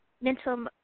mental